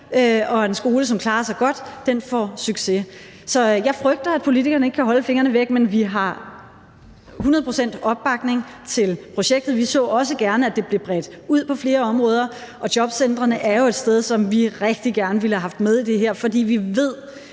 og en skole, som klarer sig godt, får succes. Så jeg frygter, at politikerne ikke kan holde fingrene væk, men vi har hundrede procent opbakning til projektet. Vi så også gerne, at det blev bredt ud på flere områder. Og jobcentrene er jo et sted, som vi rigtig gerne ville have haft med i det her, for vi ved,